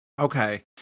Okay